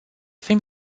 fim